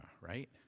right